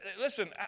Listen